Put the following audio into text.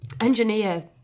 engineer